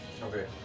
Okay